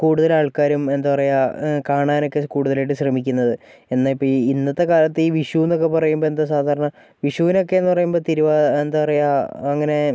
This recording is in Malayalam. കൂടുതൽ ആൾക്കാരും എന്താ പറയുക കാണാനൊക്കെ കൂടുതലായിട്ട് ശ്രമിക്കുന്നത് എന്നാൽ ഇപ്പോൾ ഈ ഇന്നത്തെ കാലത്ത് ഈ വിഷു എന്നൊക്കെ പറയുമ്പോൾ എന്താ സാധാരണ വിഷുവിന് ഒക്കെയെന്നു പറയുമ്പോൾ എന്താ പറയുക അങ്ങനെ